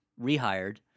rehired